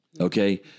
Okay